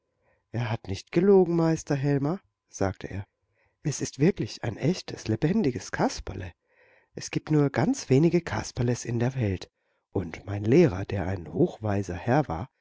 er hat nicht gelogen meister helmer sagte er es ist wirklich ein echtes lebendiges kasperle es gibt nur ganz wenige kasperles in der welt und mein lehrer der ein hochweiser herr war